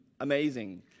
amazing